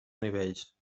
nivells